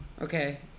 Okay